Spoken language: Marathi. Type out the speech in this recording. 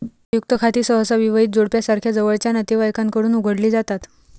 संयुक्त खाती सहसा विवाहित जोडप्यासारख्या जवळच्या नातेवाईकांकडून उघडली जातात